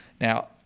now